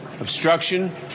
obstruction